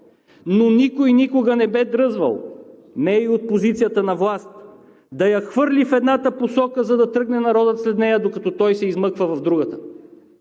но никой никога не бе дръзвал – не и от позицията на властта, да я хвърли в едната посока, за да тръгне народът след нея, докато той се измъква в другата.